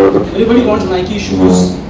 everybody wants nike shoes,